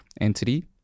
entity